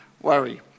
worry